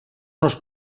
nos